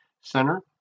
center